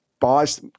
buys